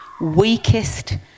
weakest